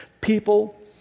People